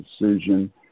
decision